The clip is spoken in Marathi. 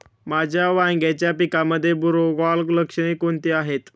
माझ्या वांग्याच्या पिकामध्ये बुरोगाल लक्षणे कोणती आहेत?